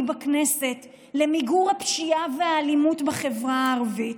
בכנסת למיגור הפשיעה והאלימות בחברה הערבית.